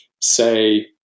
say